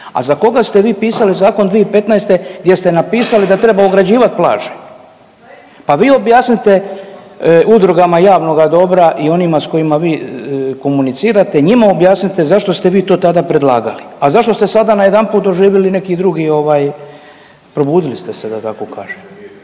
A za koga ste vi pisali zakon 2015. gdje ste napisali da treba ograđivati plaže? Pa vi objasnite udrugama javnoga dobra i onima s kojima vi komunicirate njima objasnite zašto ste vi to tada predlagali, a zašto ste sada najedanput doživjeli neki drugi ovaj probudili ste se da tako kažem.